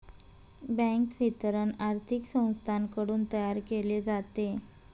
bank विवरण आर्थिक संस्थांकडून तयार केले जाते